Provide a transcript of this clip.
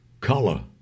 Color